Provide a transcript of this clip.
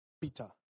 Peter